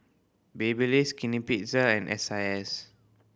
Babyliss Skinny Pizza and S I S